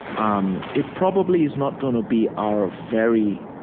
um it probably is not going to be our very